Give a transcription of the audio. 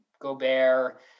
Gobert